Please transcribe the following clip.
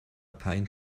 pine